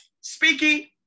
Speaking